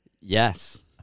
Yes